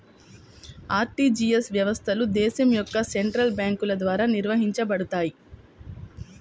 RTGS వ్యవస్థలు దేశం యొక్క సెంట్రల్ బ్యేంకుల ద్వారా నిర్వహించబడతయ్